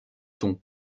tons